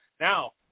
Now